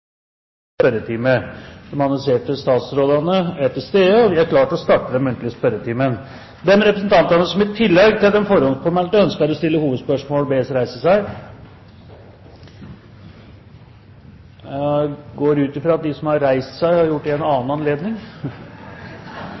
De annonserte regjeringsmedlemmene er til stede, og vi er klare til å starte den muntlige spørretimen. De representanter som i tillegg til de forhåndspåmeldte ønsker å stille hovedspørsmål, bes om å reise seg. Vi starter med første hovedspørsmål, fra representanten Siv Jensen. Jeg har